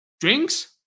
drinks